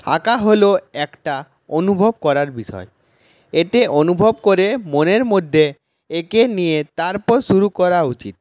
আঁকা হল একটা অনুভব করার বিষয় এতে অনুভব করে মনের মধ্যে এঁকে নিয়ে তারপর শুরু করা উচিৎ